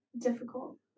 difficult